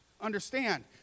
Understand